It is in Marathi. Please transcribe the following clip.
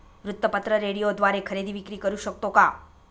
वृत्तपत्र, रेडिओद्वारे खरेदी विक्री करु शकतो का?